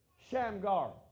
Shamgar